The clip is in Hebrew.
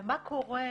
מה קורה,